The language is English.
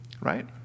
right